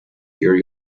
here